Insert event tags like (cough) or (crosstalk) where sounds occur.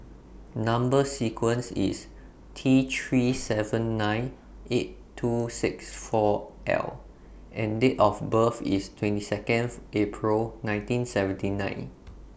Number sequence IS T three seven nine eight two six four L and Date of birth IS twenty Second (noise) April nineteen seventy nine